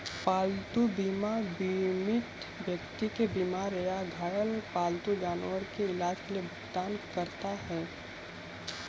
पालतू बीमा बीमित व्यक्ति के बीमार या घायल पालतू जानवर के इलाज के लिए भुगतान करता है